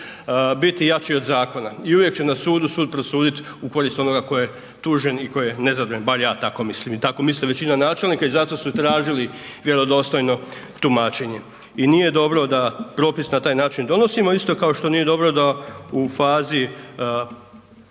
biti jači od zakona i uvijek će na sudu sud prosuditi u korist onoga tko je tužen i tko je nezadovoljan, bar ja tako mislim i tako misli većina načelnika i zato su tražili vjerodostojno tumačenje i nije dobro da propis na taj način donosio isto što nije dobro da u fazi